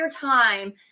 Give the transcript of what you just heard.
time